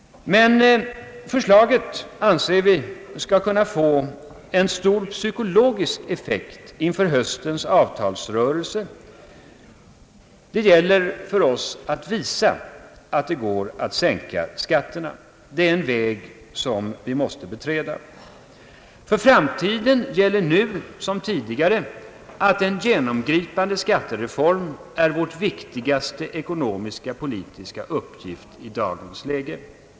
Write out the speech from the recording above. Men vi anser att det skall kunna få en stor psykologisk effekt inför höstens avtalsrörelse. Det gäller för oss att visa att det går att sänka skatterna. Det är den väg som vi måste beträda. För framtiden gäller nu som tidigare att en genomgripande skattereform är vår viktigaste ekonomisk-politiska uppgift i dagens läge.